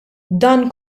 dan